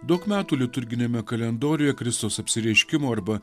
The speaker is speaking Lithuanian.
daug metų liturginiame kalendoriuje kristaus apsireiškimo arba